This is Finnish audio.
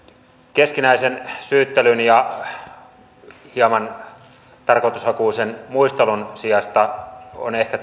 keskinäisen syyttelyn ja hieman tarkoitushakuisen muistelun sijasta on ehkä